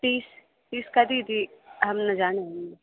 fees fees कतीति अहं न जानामि